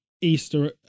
Easter